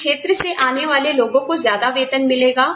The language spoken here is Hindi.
इस क्षेत्र से आने वाले लोगों को ज्यादा वेतन मिलेगा